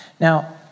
Now